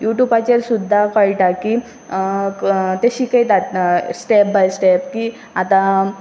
U ट्युबाचेर सुद्दां कळटा की ते ते शिकयतात स्टेप बाय स्टेप की आतां